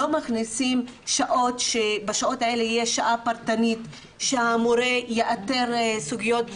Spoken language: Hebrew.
לא מכניסים שעות שבשעות האלה יש שעה פרטנית שהמורה יאתר סוגיות,